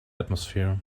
atmosphere